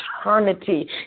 eternity